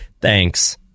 Thanks